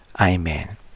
Amen